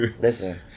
Listen